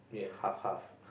half half